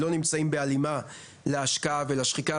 לא נמצאים בהלימה להשקעה ולשחיקה,